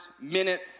minutes